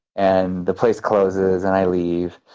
and the place closes and i leave.